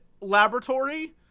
laboratory